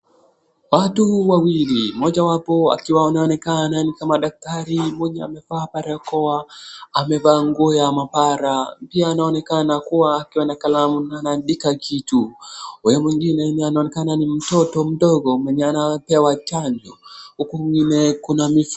Watu wawili, mmoja wapo akiwa anaonekana ni kama daktari mwenye amevaa barakoa, amevaa nguo ya maabara, pia anaonekana kuwa akiwa na kalamu anaandika kitu. Huyu mwingine naye anaonekana ni mtoto mdogo mwenye anapewa chanjo, huku ingine kuna mifu.